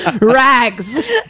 rags